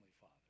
Father